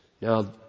Now